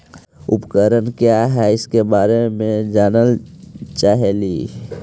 उपकरण क्या है इसके बारे मे जानल चाहेली?